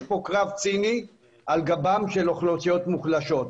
פה קרב ציני על גבן של אוכלוסיית מוחלשות.